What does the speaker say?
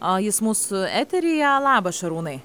o jis mūsų eteryje labas šarūnai